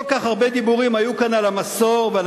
כל כך הרבה דיבורים יש פה על המסור ועל